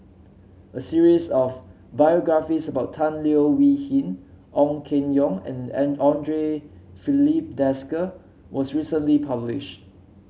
a series of biographies about Tan Leo Wee Hin Ong Keng Yong and Filipe Desker was recently published